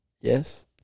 Yes